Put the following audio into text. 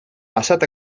passat